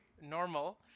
normal